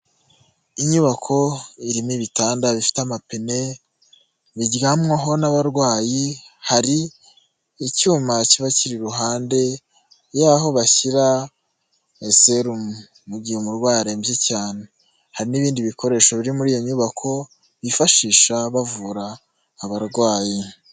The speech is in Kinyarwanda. Inyubako irimo ibitanda bifite amapine biryamwaho n'abarwayi, hari icyuma kiba kiri iruhande y'aho bashyira serumu mu gihe umurwayi arembye cyane, hari n'ibindi bikoresho biri muri iyi nyubako bifashisha bavura abarwayi.